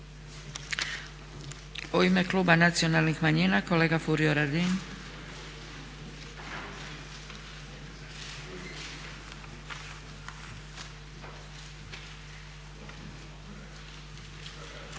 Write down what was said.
U ime kluba nacionalnih manjina kolega Furio Radin.